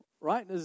right